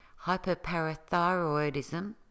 hyperparathyroidism